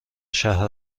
شهر